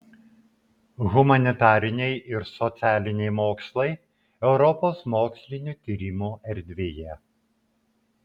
humanitariniai ir socialiniai mokslai europos mokslinių tyrimų erdvėje